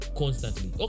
constantly